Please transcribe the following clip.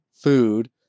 food